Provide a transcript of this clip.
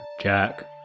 Jack